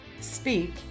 Speak